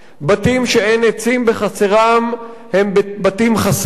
בתים שאין עצים בחצרם הם בתים חסרים.